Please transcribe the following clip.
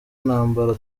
ntambara